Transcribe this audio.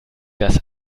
dass